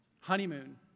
honeymoon